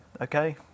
okay